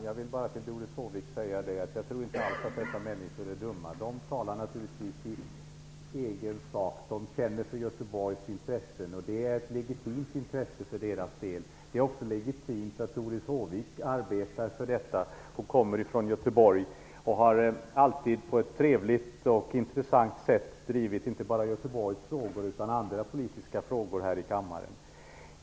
Herr talman! Jag tror inte alls att dessa människor är dumma. De talar naturligtvis i egen sak. De känner för Göteborgs intressen. Det är ett legitimt intresse för deras del. Det är också legitimt att Doris Håvik arbetar för detta. Hon kommer från Göteborg och har alltid på ett trevligt och intressant sätt här i kammaren drivit inte bara Göteborgs frågor utan också andra politiska frågor.